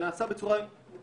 אני רואה שזה נעשה בצורה טובה.